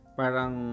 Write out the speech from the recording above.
parang